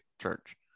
Church